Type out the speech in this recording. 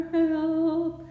help